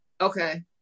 Okay